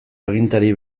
agintari